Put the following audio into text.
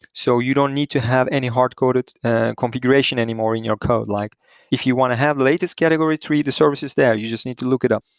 so you don't need to have any hard-coded configuration anymore in your code. like if you want to have the latest category tree, the service is there. you just need to look it up.